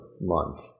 month